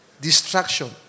Distraction